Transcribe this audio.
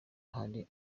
hari